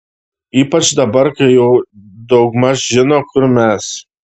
ypač dabar kai jau daugmaž žino kur mes